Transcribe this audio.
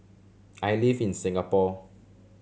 I live in Singapore